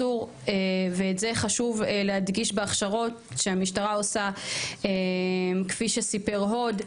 ואת זה חשוב להדגיש בהכשרות שהמשטרה עושה כפי סיפר הוד,